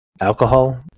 alcohol